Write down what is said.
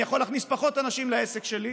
אני יכול להכניס פחות אנשים לעסק שלי.